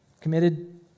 Committed